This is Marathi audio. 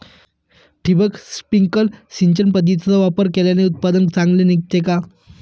ठिबक, स्प्रिंकल सिंचन पद्धतीचा वापर केल्याने उत्पादन चांगले निघते का?